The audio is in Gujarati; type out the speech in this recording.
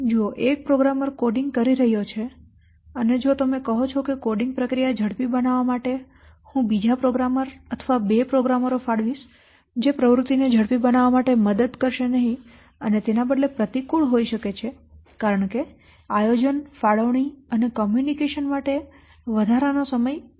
જુઓ એક પ્રોગ્રામર કોડિંગ કરી રહ્યો છે અને જો તમે કહો કે કોડિંગ પ્રક્રિયા ઝડપી બનાવવા માટે હું બીજા પ્રોગ્રેમર અથવા બે પ્રોગ્રામરો ફાળવીશ જે પ્રવૃત્તિને ઝડપી બનાવવા માટે મદદ કરશે નહીં અને તે તેના બદલે પ્રતિકૂળ હોઈ શકે છે કારણ કે આયોજન ફાળવણી અને કૉમ્યૂનિકેશન માટે જરૂરી વધારાનો સમય વધુ હશે